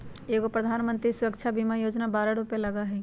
एगो प्रधानमंत्री सुरक्षा बीमा योजना है बारह रु लगहई?